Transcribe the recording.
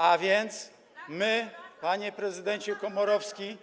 A więc my, panie prezydencie Komorowski,